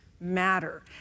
matter